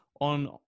on